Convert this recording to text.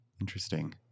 interesting